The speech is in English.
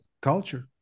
culture